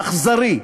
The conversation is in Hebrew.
האכזרי,